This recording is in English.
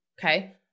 okay